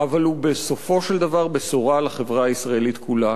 אבל הוא בסופו של דבר בשורה לחברה הישראלית כולה.